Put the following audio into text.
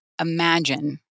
imagine